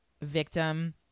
victim